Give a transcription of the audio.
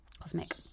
cosmic